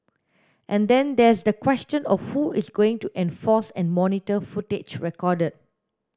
and then there's the question of who is going to enforce and monitor footage recorded